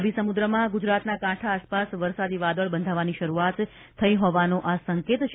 અરબી સમુદ્રમાં ગુજરાતના કાંઠા આસપાસ વરસાદી વાદળ બંધાવાની શરૂઆત થઇ હોવાનો આ સંકેત છે